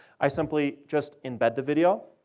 i simply just embed the video.